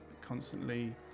constantly